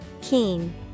Keen